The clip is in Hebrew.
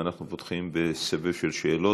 ואנחנו פותחים בסבב של שאלות.